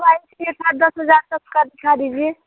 हमको मोबाईल चाहिए था दस हज़ार का उसका दिखा दीजिए